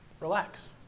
Relax